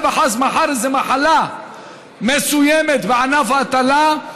וחס מחר תהיה איזו מחלה מסוימת בענף ההטלה,